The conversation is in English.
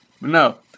No